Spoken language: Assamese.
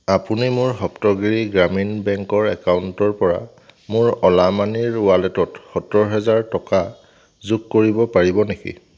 আপুনি মোৰ সপ্তগিৰি গ্ৰামীণ বেংকৰ একাউণ্টৰপৰা মোৰ অ'লা মানিৰ ৱালেটত সত্তৰ হেজাৰ টকা যোগ কৰিব পাৰিব নেকি